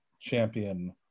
champion